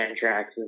tracks